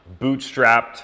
bootstrapped